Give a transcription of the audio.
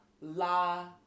la